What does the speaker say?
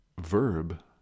verb